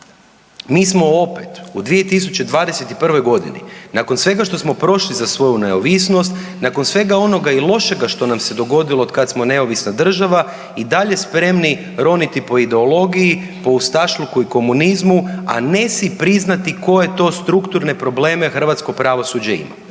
Mi smo opet, u 2021. g. nakon svega što smo prošli za svoju neovisnost, nakon svega onoga i lošega što nam se dogodilo od kad smo neovisna država i dalje spremni roniti po ideologiji, po ustašluku i komunizmu, a ne si priznati koje to strukturne probleme hrvatsko pravosuđe ima.